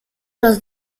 los